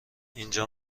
اینجا